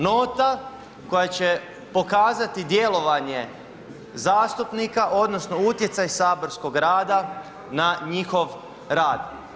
Nota koja će pokazati djelovanje zastupnika odnosno utjecaj saborskog rada na njihov rad.